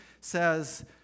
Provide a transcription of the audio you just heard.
says